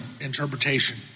interpretation